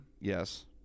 Yes